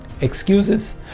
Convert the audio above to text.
Excuses